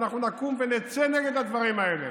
ואנחנו נקום ונצא נגד הדברים האלה,